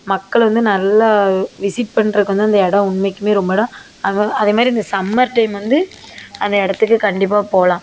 மக்கள் வந்து நல்லா விசிட் பண்றதுக்கு வந்து அந்த இடம் உண்மைக்கியுமே ரொம்ப அதேமாதிரி இந்த சம்மர் டைம் வந்து அந்த இடத்துக்கு கண்டிப்பாக போகலாம்